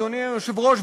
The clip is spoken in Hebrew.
אדוני היושב-ראש,